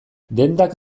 dendak